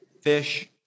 Fish